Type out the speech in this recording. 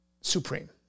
supreme